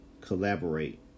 Collaborate